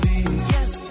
yes